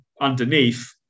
underneath